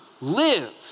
live